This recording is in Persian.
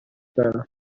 دارم